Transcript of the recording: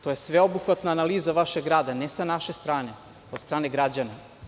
To je sveobuhvatna analiza vašeg rada ne sa naše strane, od strane građana.